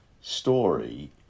story